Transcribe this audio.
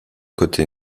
côté